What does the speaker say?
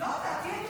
זו התוצאה: